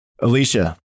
Alicia